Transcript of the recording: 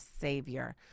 savior